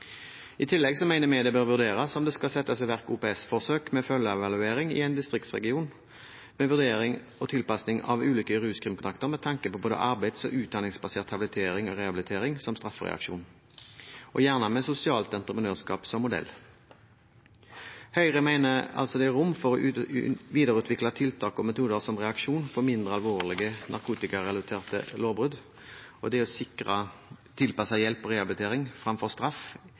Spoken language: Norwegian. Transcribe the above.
I tillegg mener vi det bør vurderes om det skal settes i verk OPS-forsøk med følgeevaluering i en distriktsregion med vurdering og tilpasning av ulike ruskrimkontrakter med tanke på både arbeids- og utdanningsbasert habilitering og rehabilitering som straffereaksjon, gjerne med sosialt entreprenørskap som modell. Høyre mener det er rom for å videreutvikle tiltak og metoder som reaksjon for mindre alvorlige narkotikarelaterte lovbrudd, og det å sikre tilpasset hjelp og rehabilitering fremfor straff